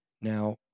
Now